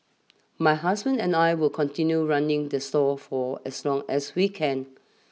my husband and I will continue running the stall for as long as we can